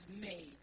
made